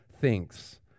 thinks